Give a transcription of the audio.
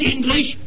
English